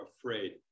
afraid